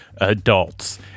adults